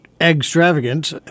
extravagant